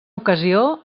ocasió